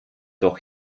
doch